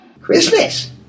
Christmas